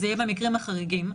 זה יהיה במקרים החריגים.